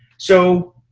so